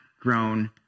grown